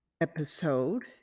episode